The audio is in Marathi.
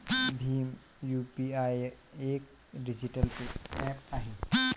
भीम यू.पी.आय एक डिजिटल पेमेंट ऍप आहे